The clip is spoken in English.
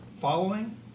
following